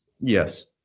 Yes